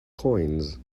coins